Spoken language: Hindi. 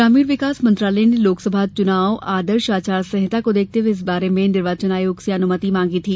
ग्रामीण विकास मंत्रालय ने लोकसभा चुनाव आदर्श आचार संहिता को देखते हुए इस बारे में निर्वाचन आयोग से अनुमति मांगी थी